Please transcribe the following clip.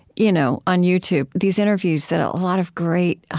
you know on youtube, these interviews that a lot of great, ah